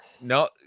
No